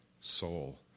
soul